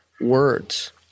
words